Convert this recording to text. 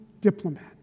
diplomat